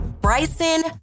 Bryson